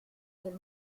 del